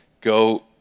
Go